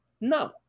No